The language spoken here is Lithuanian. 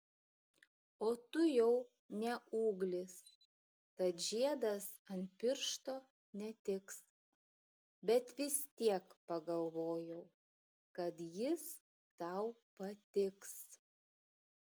o tu jau ne ūglis tad žiedas ant piršto netiks bet vis tiek pagalvojau kad jis tau patiks